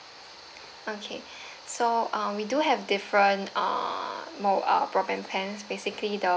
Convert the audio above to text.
okay so uh we do have different uh mo~ uh broadband plan basically the